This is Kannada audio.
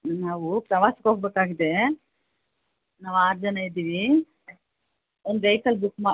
ಹ್ಞೂ ನಾವು ಪ್ರವಾಸ್ಕ್ ಹೋಗ್ಬೇಕಾಗಿದೆ ನಾವು ಆರು ಜನ ಇದ್ದೀವಿ ಒಂದು ವೆಯ್ಕಲ್ ಬುಕ್ ಮ